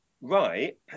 right